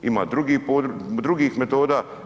Ima drugih metoda.